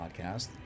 Podcast